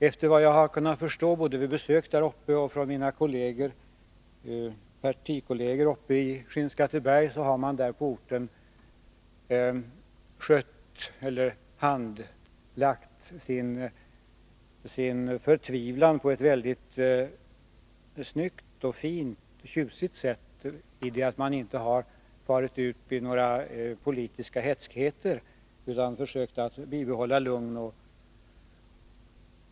Efter vad jag har kunnat förstå, både vid besök på orten och av mina partikolleger i Skinnskatteberg, har man där handlagt sin förtvivlan på ett väldigt snyggt och tjusigt sätt. Man har inte farit ut i några politiska hätskheter utan försökt bibehålla lugnet.